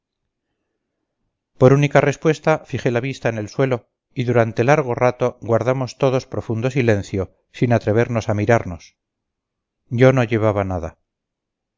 por única respuesta fijé la vista en el suelo y durante largo rato guardamos todos profundo silencio sin atrevernos a mirarnos yo no llevaba nada